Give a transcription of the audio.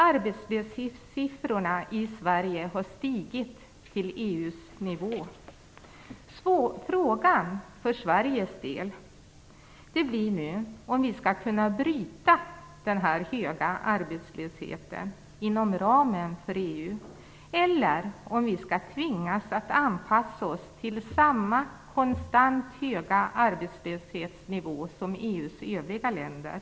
Arbetslöshetssiffrorna i Sverige har stigit till EU:s nivå. Frågan för Sveriges del blir nu om vi skall kunna bryta denna höga arbetslöshet inom ramen för EU eller om vi skall tvingas att anpassa oss till samma konstant höga arbetslöshetsnivå som i EU:s övriga länder.